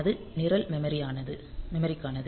அது நிரல் மெமரிக்கானது